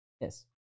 Yes